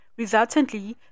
Resultantly